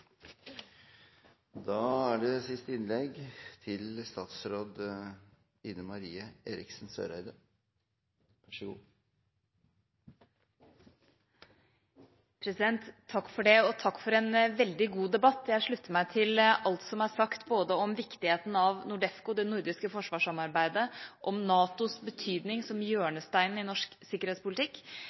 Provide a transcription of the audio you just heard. Takk for en veldig god debatt. Jeg slutter meg til alt som er sagt, både om viktigheten av NORDEFCO, det nordiske forsvarssamarbeidet, om NATOs betydning som hjørnesteinen i norsk sikkerhetspolitikk,